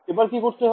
এবার কি করতে হবে